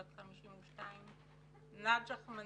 בת 52. נאג'ח מנסור,